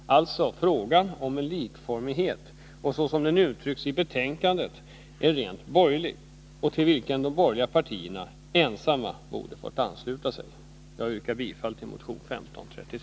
Alltså: frågan om likformighet så som den uttrycks i betänkandet är ett rent borgerligt intresse, till vilket de borgerliga partierna ensamma borde ha fått ansluta sig.